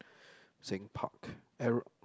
saying park arrow